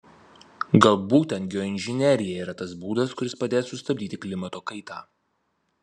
gal būtent geoinžinerija yra tas būdas kuris padės sustabdyti klimato kaitą